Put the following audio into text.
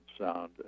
sound